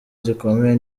gikomeye